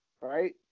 right